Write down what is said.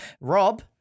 Rob